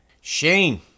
Shane